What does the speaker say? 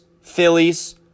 Phillies